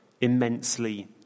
immensely